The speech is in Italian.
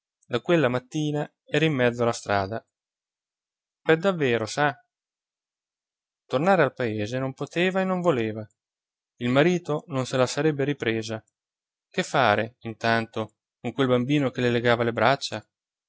da quella mattina era in mezzo alla strada pe davero sa tornare al paese non poteva e non voleva il marito non se la sarebbe ripresa che fare intanto con quel bambino che le legava le braccia